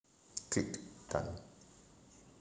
click done